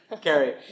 Carrie